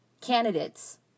candidates